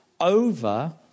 over